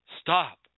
Stop